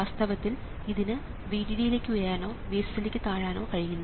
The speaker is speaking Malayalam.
വാസ്തവത്തിൽ ഇതിന് VDD ലേക്ക് ഉയരാനോ VSS ലേക്ക് താഴാനോ കഴിയില്ല